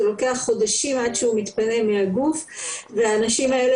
זה לוקח חודשים עד שהוא מתפנה מהגוף והאנשים האלה